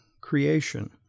creation